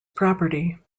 property